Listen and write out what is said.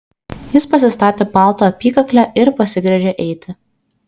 jis pasistatė palto apykaklę ir pasigręžė eiti